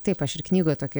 taip aš ir knygoj toki